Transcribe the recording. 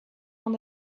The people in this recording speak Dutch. van